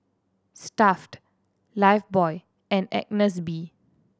Stuff'd Lifebuoy and Agnes B